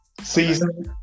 Season